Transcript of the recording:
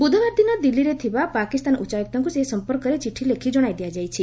ବୁଧବାର ଦିନ ଦିଲ୍ଲୀରେ ଥିବା ପାକିସ୍ତାନ ଉଚ୍ଚାୟୁକ୍ତଙ୍କୁ ସେ ଏ ସମ୍ପର୍କରେ ଚିଠିଲେଖି ଜଣାଇ ଦିଆଯାଇଛି